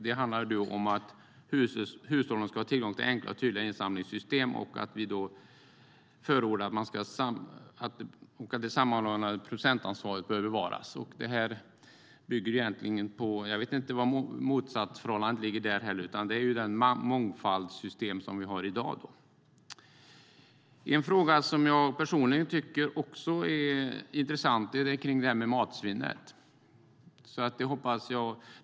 Det handlar om att hushållen ska ha tillgång till enkla och tydliga insamlingssystem och om att det sammanhållna producentansvaret bör bevaras. Jag vet inte var motsatsförhållandet ligger där heller. Detta är det mångfaldssystem som vi har i dag. En fråga som jag personligen tycker är intressant är matsvinnet.